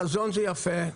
חזון זה יפה,